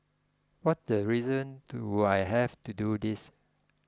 what the reason do I have to do this